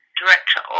director